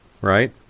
right